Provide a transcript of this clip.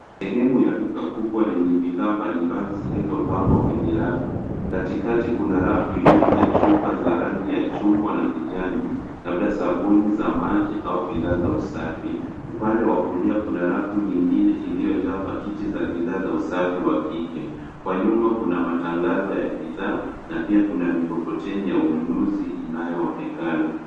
Sehemu ya duka kubwa lenye bidhaa mbalimbali zilizopangwa kwenye rafu. Katikati kuna rafu iliyojaa chupa za rangi ya chungwa na kijani, labda sabuni za maji au bidhaa za usafi. Upande wa kulia kuna rafu nyingine iliyojaa pakiti za bidhaa za usafi wa kike. Kwa nyuma kuna matangazo ya bidhaa na pia kuna mikokoteni ya ununuzi inayoonekana.